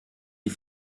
die